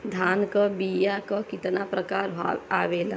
धान क बीया क कितना प्रकार आवेला?